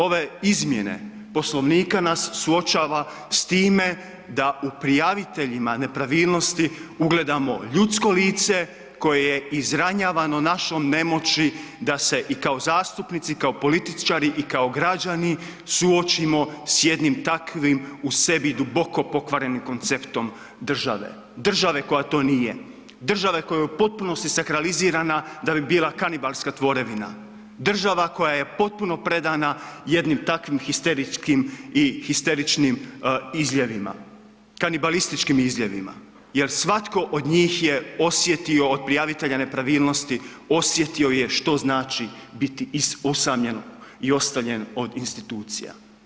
Ovaj, ove izmjene Poslovnika nas suočava s time da u prijaviteljima nepravilnosti ugledamo ljudsko lice koje je izranjavano našom nemoći da se i kao zastupnici i kao političari i kao građani suočimo s jednim takvim u sebi duboko pokvarenim konceptom države države koja to nije, države koja je u potpunosti sakralizirana da bi bila kanibalska tvorevina, država koja je potpuno predana jednim takvim histeričkim i histeričnim izljevima, kanibalističkim izljevima jer svatko od njih je osjetio od prijavitelja nepravilnosti, osjetio je što znači biti usamljen i ostavljen od institucija.